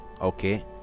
okay